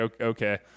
okay